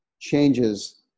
changes